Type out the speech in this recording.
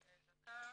לדון,